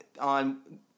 on